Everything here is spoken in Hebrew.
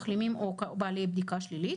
מחלימים או בעלי בדיקה שלילית,